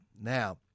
Now